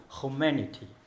humanity